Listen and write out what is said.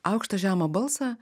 aukštą žemą balsą